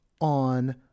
on